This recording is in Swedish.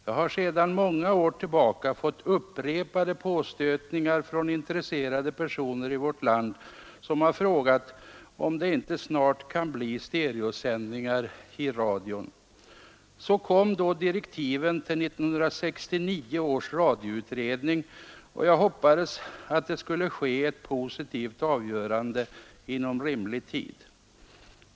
Jag har sedan många år fått upprepade påstötningar från intresserade personer i vårt land som har frågat om det inte snart kan bli stereosändningar i radion. Så kom då direktiven till 1969 års radioutredning, och jag hoppades att det skulle ske ett positivt avgörande inom rimlig tid.